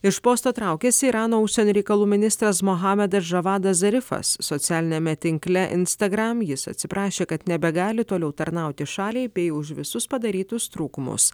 iš posto traukiasi irano užsienio reikalų ministras mohamedas žavadas zerifas socialiniame tinkle instagram jis atsiprašė kad nebegali toliau tarnauti šaliai bei už visus padarytus trūkumus